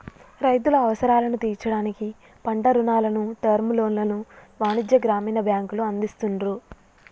రైతుల అవసరాలను తీర్చడానికి పంట రుణాలను, టర్మ్ లోన్లను వాణిజ్య, గ్రామీణ బ్యాంకులు అందిస్తున్రు